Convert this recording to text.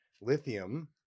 lithium